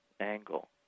angle